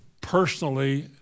personally